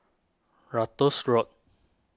Ratus Road